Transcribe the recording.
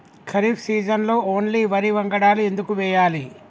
ఖరీఫ్ సీజన్లో ఓన్లీ వరి వంగడాలు ఎందుకు వేయాలి?